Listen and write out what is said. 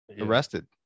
arrested